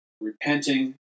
repenting